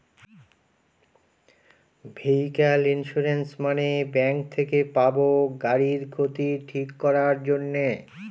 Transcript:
vehicle insurance মানে bank থেকে পাবো গাড়ির ক্ষতি ঠিক করাক জন্যে